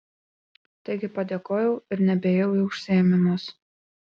taigi padėkojau ir nebeėjau į užsiėmimus